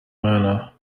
mana